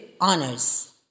honors